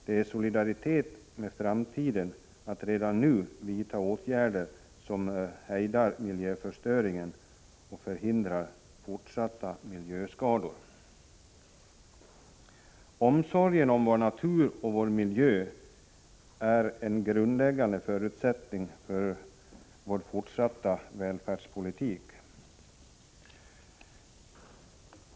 Det är solidaritet med framtiden att redan nu vidta åtgärder som hejdar miljöförstöring och förhindrar fortsatta miljöskador. Omsorgen om vår natur och vår miljö är en grundläggande förutsättning för vår fortsatta välfärdspolitik.